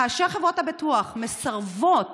כאשר חברות הביטוח מסרבות